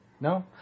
No